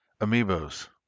Amiibos